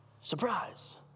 Surprise